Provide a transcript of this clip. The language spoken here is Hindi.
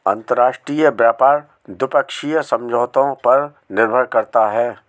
अंतरराष्ट्रीय व्यापार द्विपक्षीय समझौतों पर निर्भर करता है